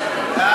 חוק